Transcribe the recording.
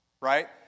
right